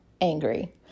angry